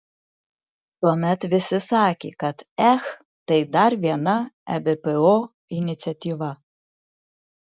tuomet visi sakė kad ech tai dar viena ebpo iniciatyva